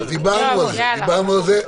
דיברנו על זה.